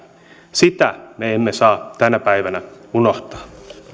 sitä me emme saa tänä päivänä unohtaa